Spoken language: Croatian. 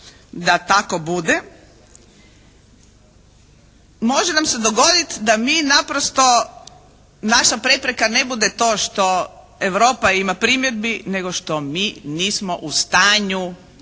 da tako bude može nam se dogoditi da mi naprosto, naša prepreka ne bude to što Europa ima primjedbi, nego što mi nismo u stanju